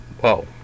whoa